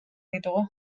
ditugu